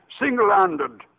Single-handed